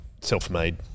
self-made